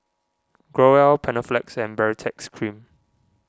Growell Panaflex and Baritex Cream